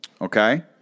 Okay